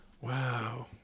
wow